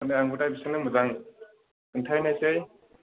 होनबा आंबो दा बिसोरनो मोजां खिन्थाहैनायसै